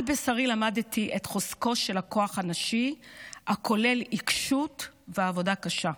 על בשרי למדתי את חוזקו של הכוח הנשי הכולל עיקשות ועבודה קשה.